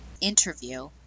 interview